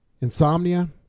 Insomnia